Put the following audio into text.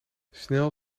snel